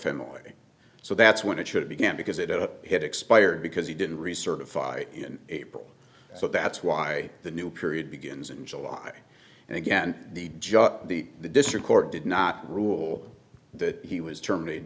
family so that's when it should begin because it had expired because he didn't recertify in april so that's why the new period begins in july and again the judge the district court did not rule that he was terminated